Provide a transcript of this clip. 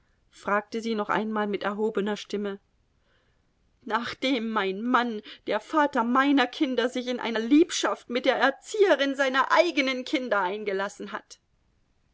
fragte sie noch einmal mit erhobener stimme nachdem mein mann der vater meiner kinder sich in eine liebschaft mit der erzieherin seiner eigenen kinder eingelassen hat